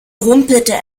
rumpelte